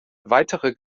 weitere